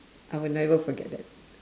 I would never forget that